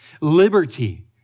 liberty